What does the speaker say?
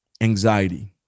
anxiety